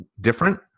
different